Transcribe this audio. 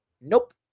Nope